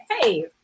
Hey